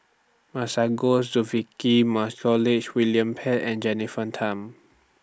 Masagos Zulkifli Montague William Pett and Jennifer Tham